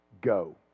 go